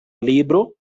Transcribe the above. libro